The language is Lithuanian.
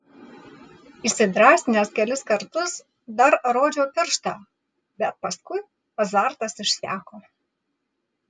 įsidrąsinęs kelis kartus dar rodžiau pirštą bet paskui azartas išseko